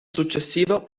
successivo